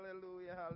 hallelujah